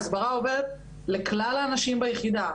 ההסברה הזו עוברת לכלל האנשים ביחידה,